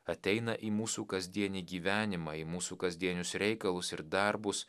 ateina į mūsų kasdienį gyvenimą į mūsų kasdienius reikalus ir darbus